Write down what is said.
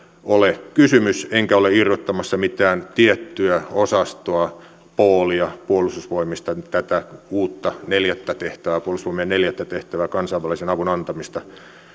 ole kysymys enkä ole irrottamassa mitään tiettyä osastoa poolia puolustusvoimista nyt tätä uutta puolustusvoimien neljättä tehtävää kansainvälisen avun antamista